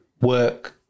work